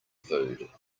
food